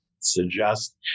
Suggest